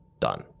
done